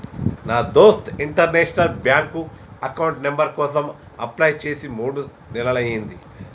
నా దోస్త్ international bank account number కోసం అప్లై చేసి మూడు నెలలయ్యింది